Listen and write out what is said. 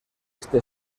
este